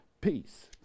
peace